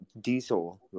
diesel